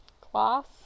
class